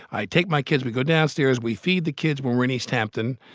i take my kids. we go downstairs. we feed. the kids were were in east hampton.